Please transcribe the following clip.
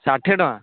ଷାଠିଏ ଟଙ୍କା